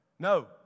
No